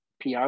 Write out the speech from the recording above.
pr